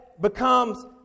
becomes